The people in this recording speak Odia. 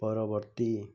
ପରବର୍ତ୍ତୀ